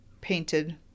painted